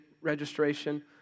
registration